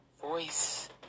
voice